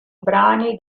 brani